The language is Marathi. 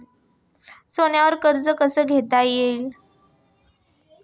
सोन्यावर कर्ज कसे घेता येईल?